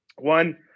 One